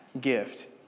gift